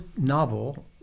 novel